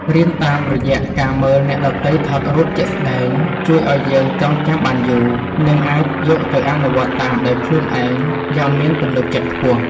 រៀនតាមរយៈការមើលអ្នកដទៃថតរូបជាក់ស្តែងជួយឱ្យយើងចងចាំបានយូរ និង អាចយកទៅអនុវត្តតាមដោយខ្លួនឯងយ៉ាងមានទំនុកចិត្តខ្ពស់។